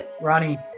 Ronnie